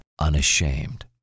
unashamed